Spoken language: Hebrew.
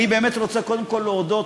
אני רוצה קודם כול להודות,